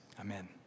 Amen